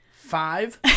Five